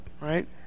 right